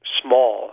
small